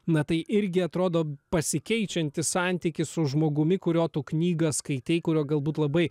na tai irgi atrodo pasikeičiantis santykis su žmogumi kurio tu knygą skaitei kuriuo galbūt labai